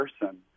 person